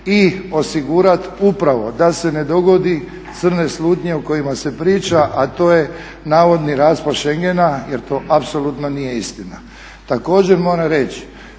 i osigurat upravo da se ne dogode crne slutnje o kojima se priča a to je navodni raspad šengena, jer to apsolutno nije istina. Također, moram reći